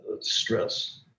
stress